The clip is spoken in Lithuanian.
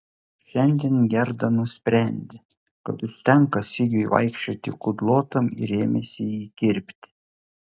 šiandien gerda nusprendė kad užtenka sigiui vaikščioti kudlotam ir ėmėsi jį kirpti